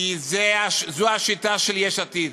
כי זו השיטה של יש עתיד,